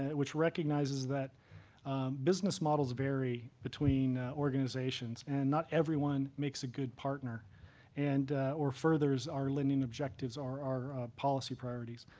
which recognizes that business models vary between organizations. and not everyone makes a good partner and or furthers our lending objectives or our policy priorities.